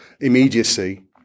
immediacy